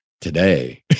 today